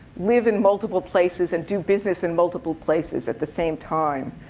live in multiple places and do business in multiple places at the same time.